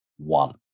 One